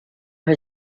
rue